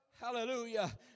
Hallelujah